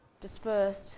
dispersed